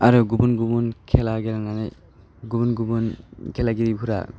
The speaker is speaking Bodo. आरो गुबुन गुबुन खेला गेलेनानै गुबुन गुबुन खेला गेलेगिरिफोरा